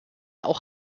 auch